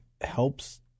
helps